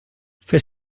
fer